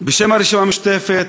בשם הרשימה המשותפת,